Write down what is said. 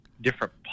different